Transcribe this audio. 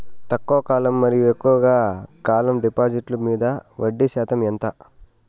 తక్కువ కాలం మరియు ఎక్కువగా కాలం డిపాజిట్లు మీద వడ్డీ శాతం ఎంత?